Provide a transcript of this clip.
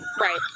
Right